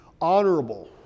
honorable